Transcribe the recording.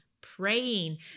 praying